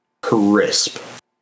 crisp